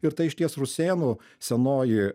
ir ta išties rusėnų senoji